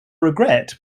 regret